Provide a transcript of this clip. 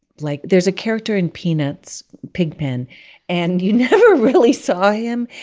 like, there's a character in peanuts pigpen and you never really saw him.